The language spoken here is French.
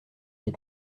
des